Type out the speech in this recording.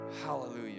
Hallelujah